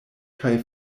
kaj